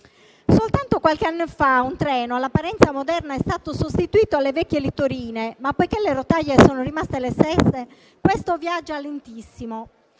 Soltanto qualche anno fa un treno all'apparenza moderno è stato sostituito alle vecchie littorine ma, poiché le rotaie sono rimaste le stesse, questo viaggia lentissimo.